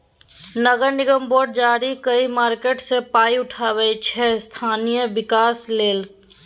नगर निगम बॉड जारी कए मार्केट सँ पाइ उठाबै छै स्थानीय बिकास लेल